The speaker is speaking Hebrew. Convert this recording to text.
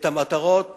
את המטרות